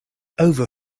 over